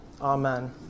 Amen